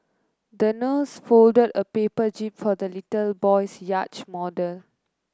the nurse folded a paper jib for the little boy's yacht model